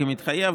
כמתחייב,